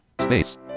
Space